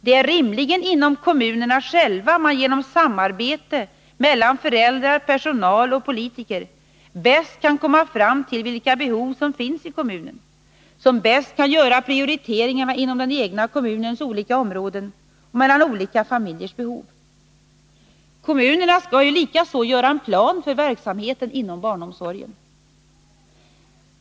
Det är rimligen inom kommunerna själva som man genom samarbete mellan föräldrar, personal och politiker bäst kan komma fram till vilka behov som finns i kommunen, som också bäst kan göra prioriteringarna inom den egna kommunens olika områden och mellan olika familjers behov. Kommunerna skall ju likaså göra en plan för verksamheten inom barnomsorgen.